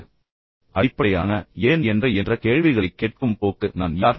பின்னர் அடிப்படையான ஏன் என்ற என்ற கேள்விகளைக் கேட்கும் போக்கு நான் யார்